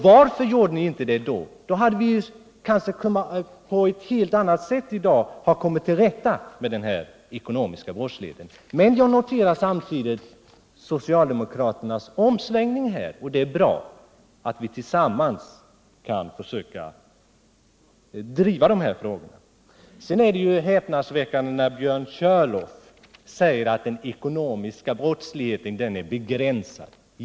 Hade ni inte gjort det, hade vi i dag på ett helt annat sätt kunnat komma till rätta med den ekonomiska brottsligheten. Jag noterar samtidigt socialdemokraternas omsvängning. Det är bra att vi tillsammans kan driva dessa frågor. Det är häpnadsväckande när Björn Körlof säger att den ekonomiska brottsligheten är begränsad.